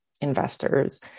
investors